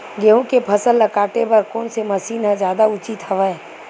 गेहूं के फसल ल काटे बर कोन से मशीन ह जादा उचित हवय?